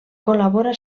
col·labora